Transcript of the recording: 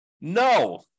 No